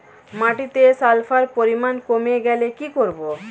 মাটিতে সালফার পরিমাণ কমে গেলে কি করব?